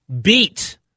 beat